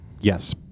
yes